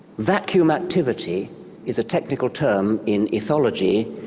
vacuum activity is a technical term in ethology,